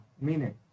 meaning